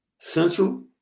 Central